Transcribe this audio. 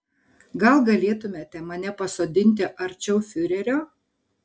gal galėtumėte mane pasodinti arčiau fiurerio